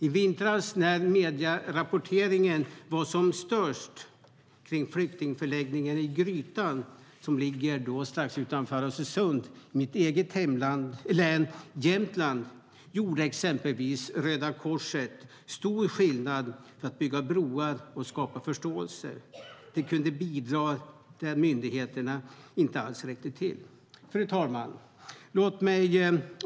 I vintras när medierapporteringen var som störst om flyktingförläggningen i Grytan, som ligger strax utanför Östersund i mitt eget hemlän Jämtland, gjorde exempelvis Röda Korset stor skillnad för att bygga broar och skapa förståelse. De kunde bidra där myndigheterna inte alls räckte till. Fru talman!